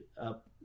up